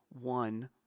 one